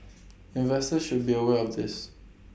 investors should be aware of this